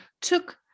took